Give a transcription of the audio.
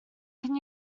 can